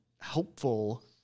helpful